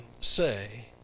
say